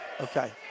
Okay